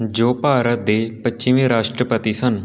ਜੋ ਭਾਰਤ ਦੇ ਪੱਚੀਵੇਂ ਰਾਸ਼ਟਰਪਤੀ ਸਨ